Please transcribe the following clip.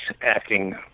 acting